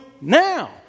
now